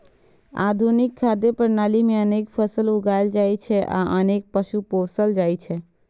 आधुनिक खाद्य प्रणाली मे अनेक फसल उगायल जाइ छै आ अनेक पशु पोसल जाइ छै